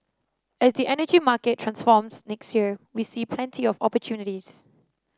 as the energy market transforms next year we see plenty of opportunities